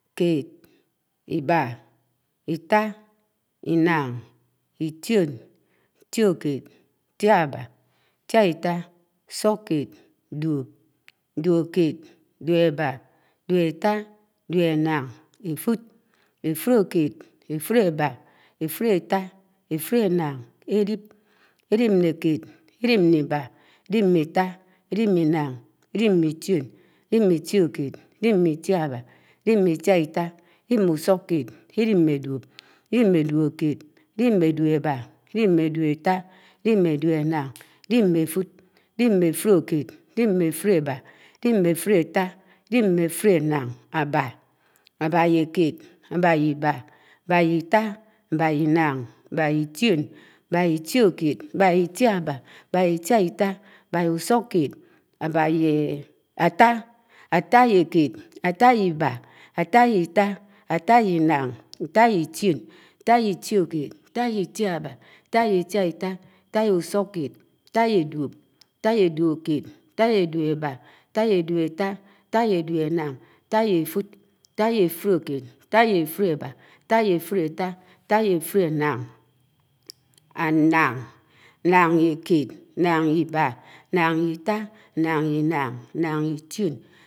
Ḱed, eliṕ yé ltiokéd, ábá ye usúkéd. íbá, elip yè Itiábá, ábà ye dùop. Itá, eliṕ yé itialtá, ábá ye duòked. Iñan, elip yé usúked, ábá yé duóebá. It̄ioṉ, eliṕ yé duóp, ábá yé dúoetta. Ítio̱ked, eliṕ yé duópekéd, ábá ye duóinan. Ítiábá, elíp yé dúoébá, ábá yé efúd. Itíaitá, eliṕ yé dúoetta, ábá ye éfudéted. Úsu̱kkéd, eliṕ yè duóena̱n, ábá yé efúdébá. D́uo̱p, eliṕ yé efúd, ábá ye éfúdéttá. D́uo̱kéd, eliṕ yé etudéked, ábá ye éfudénan. D́uoebá, eliṕ yé efúdebá, áttá. Dúo̱ettá, eliṕ yé etudétta, átá yé kéd. Dùoená̱n. eliṕ yé etudéna̱n, átá ye Ibá. éfúd, átá ye Ità. efúdekéd, átá ye Ináṉ. efúdebe, Ábá, átá ye Itio̱n. efúdettá, ábá yé kéd, átá ye Itio̱kéd. efúdenán, ábá yé Ibá, átá ye Itiábá. elíp, ábá yé Itá, átá ye Itiáitá. Elíp ye ḱed, ábá ye Inán, átá yé usùkked. Eliṕ ye Ibà, ábá yé Itioṉ, àtá ye dúop. Eliṕ ye Itá, ábá yé Itiokéd, átá ye duóked. Eliṕ yé Ináṇ. ábá ye Itiábá, átá ye duoéba. elip yé Itio̱n, ábá ye Itiáitá, átá ye duoitá